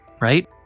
right